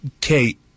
Kate